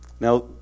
Now